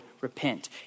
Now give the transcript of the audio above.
repent